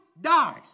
dies